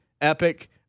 epic